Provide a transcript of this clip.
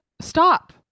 stop